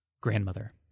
grandmother